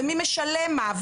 מי משלם מה,